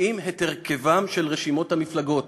קובעים את הרכבן של רשימות המפלגות